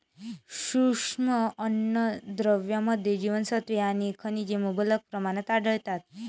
सूक्ष्म अन्नद्रव्यांमध्ये जीवनसत्त्वे आणि खनिजे मुबलक प्रमाणात आढळतात